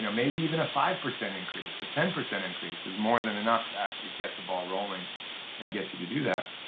yeah maybe a five percent increase, a ten percent increase is more than enough to actually get the ball rolling and get you to do that.